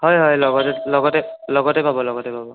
হয় হয় লগতে লগতে লগতে পাব লগতে পাব